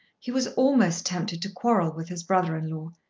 he was almost tempted to quarrel with his brother-in-law,